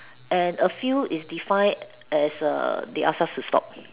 and a few is define as err they ask us to stop